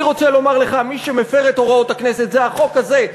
אני רוצה לומר לך: מי שמפר את הוראות הכנסת זה החוק הזה,